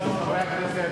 חברי הכנסת,